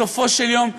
בסופו של יום,